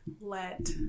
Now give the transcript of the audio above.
let